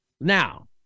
Now